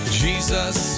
jesus